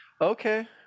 okay